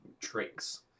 tricks